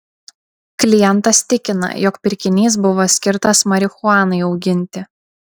klientas tikina jog pirkinys buvo skirtas marihuanai auginti